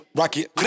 rocket